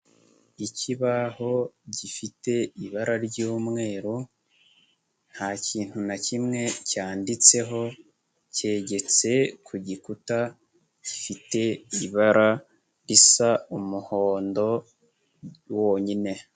Ikibaho gifite ibara ry'umweru, nta kintu na kimwe cyanditseho, kegeretse ku gikuta, gifite ibara risa umuhondo wonyine.